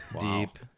deep